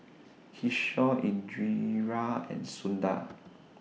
Kishore Indira and Sundar